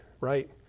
right